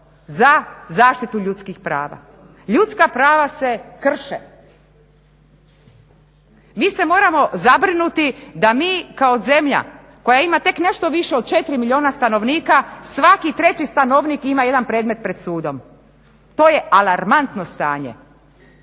za zaštitu ljudskih prava. Ljudska prava se krše. Mi se moramo zabrinuti da mi kao zemlja koja ima tek nešto više od 4 milijuna stanovnika, svaki 3.stanovnik ima jedan predmet pred sudom. To je alarmantno stanje.